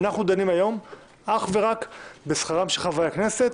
אנחנו דנים היום אך ורק בשכרם של חברי הכנסת